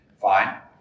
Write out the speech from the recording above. fine